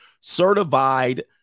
certified